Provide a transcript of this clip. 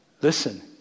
Listen